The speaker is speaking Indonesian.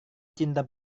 cinta